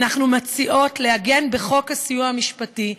אנחנו מציעות לעגן בחוק הסיוע המשפטי,